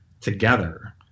together